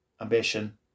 ambition